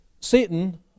Satan